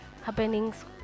happenings